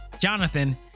Jonathan